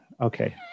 Okay